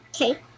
Okay